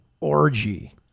Orgy